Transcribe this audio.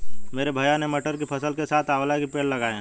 मेरे भैया ने मटर की फसल के साथ आंवला के पेड़ लगाए हैं